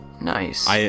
Nice